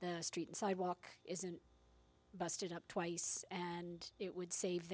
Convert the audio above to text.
the street sidewalk isn't busted up twice and it would save